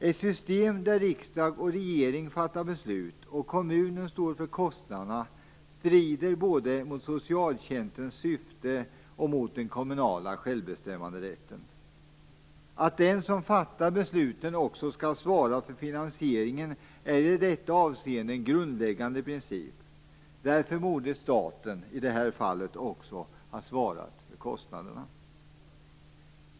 Ett system där riksdag och regering fattar beslut och kommunen står för kostnaderna strider både mot socialtjänstens syfte och mot den kommunala självbestämmanderätten. Att den som fattar besluten också skall svara för finansieringen är i detta avseende en grundläggande princip. Därför borde staten i detta fall också ha svarat för kostnaderna.